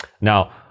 now